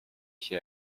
się